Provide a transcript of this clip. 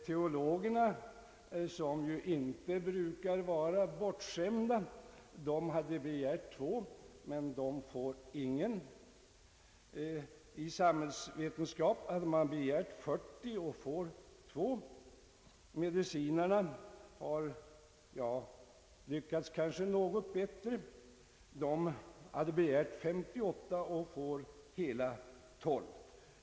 Teologerna, som inte brukar vara bortskämda, hade begärt två men får ingen. I samhällsvetenskapliga ämnen hade begärts 40 tjänster, men man får två stycken. Medicinarna har kanske lyckats något bättre — av de 58 tjänster som begärts har man fått hela 12.